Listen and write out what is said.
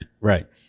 right